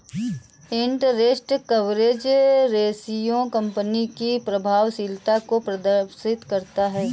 interest coverage ratio company की प्रभावशीलता को प्रदर्शित करता है